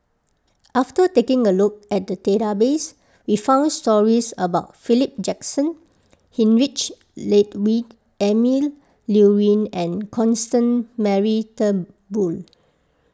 after taking a look at the database we found stories about Philip Jackson Heinrich Ludwig Emil Luering and Constance Mary Turnbull